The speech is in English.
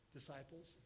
disciples